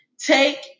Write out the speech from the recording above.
take